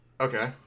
Okay